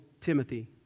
Timothy